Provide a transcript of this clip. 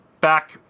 back